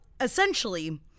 essentially